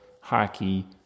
hockey